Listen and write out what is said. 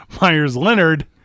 Myers-Leonard